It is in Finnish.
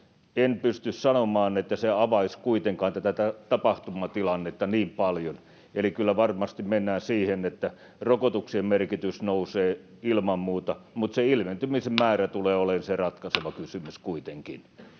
en pysty sanomaan, että se avaisi kuitenkaan tätä tapahtumatilannetta niin paljon, eli kyllä varmasti mennään siihen, että rokotuksien merkitys nousee ilman muuta, mutta se ilmentymisen määrä tulee olemaan se ratkaiseva kysymys kuitenkin.